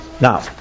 now